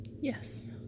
Yes